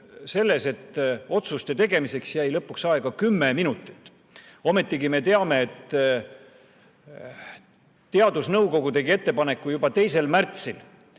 see, et otsuste tegemiseks jäi lõpuks aega kümme minutit. Ometigi me teame, et teadusnõukoda tegi juba 2. märtsil